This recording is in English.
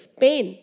pain